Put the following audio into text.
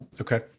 okay